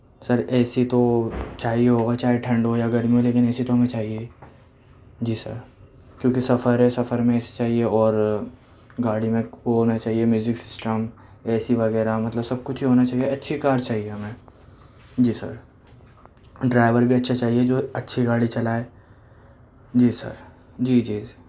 sir A C تو چاہیے ہوگا چاہے ٹھنڈ ہو یا گرمی ہو لیکن اے سی تو ہمیں چاہیے جی سر کیونکہ سفر ہے سفر میں اے سی چاہیے اور گاڑی میں وہ ہونا چاہیے میوزک سسٹم اے سی وغیرہ مطلب سب کچھ ہی ہونا چاہیے اچھی کار چاہیے ہمیں جی سر ڈرائیور بھی اچھا چاہیے جو اچھی گاڑی چلائے جی سر جی جی